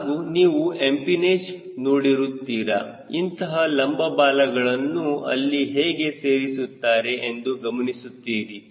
ಹಾಗೂ ನೀವು ಎಂಪಿನೆಜ್ ನೋಡಿರುತ್ತೀರಾ ಇಂತಹ ಲಂಬ ಬಾಲಗಳನ್ನು ಅಲ್ಲಿ ಹೇಗೆ ಸೇರಿಸಿರುತ್ತಾರೆ ಎಂದು ಗಮನಿಸಿರುತ್ತೀರಿ